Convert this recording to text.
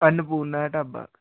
ਅਨਪੂਰਨਾ ਦਾ ਢਾਬਾ